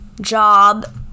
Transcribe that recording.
job